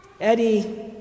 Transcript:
Eddie